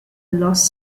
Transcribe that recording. lost